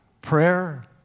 prayer